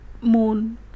moon